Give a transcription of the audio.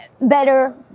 better